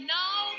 now